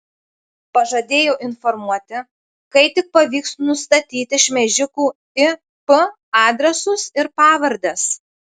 pažadėjo informuoti kai tik pavyks nustatyti šmeižikų ip adresus ir pavardes